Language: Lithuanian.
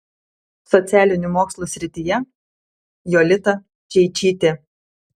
socialinių mokslų srityje jolita čeičytė